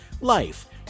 Life